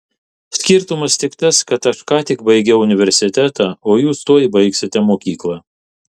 skirtumas tik tas kad aš ką tik baigiau universitetą o jūs tuoj baigsite mokyklą